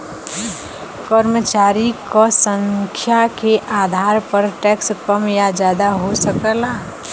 कर्मचारी क संख्या के आधार पर टैक्स कम या जादा हो सकला